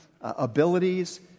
abilities